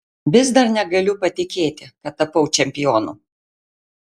vis dar negaliu patikėti kad tapau čempionu